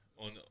on